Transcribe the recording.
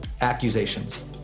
Accusations